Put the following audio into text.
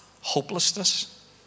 hopelessness